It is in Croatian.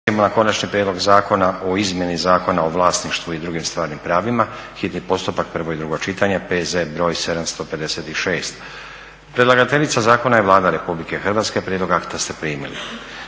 - Konačni prijedlog zakona o izmjeni Zakona o vlasništvu i drugim stvarnim pravima, hitni postupak, prvo i drugo čitanje, P.Z. br. 756 Predlagateljica zakona je Vlada RH. Prijedlog akta ste primili.